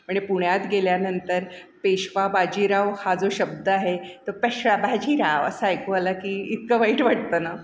म्हणजे पुण्यात गेल्यानंतर पेशवा बाजीराव हा जो शब्द आहे तो पेश्शा भाजीराव असं ऐकू आला की इतकं वाईट वाटतं ना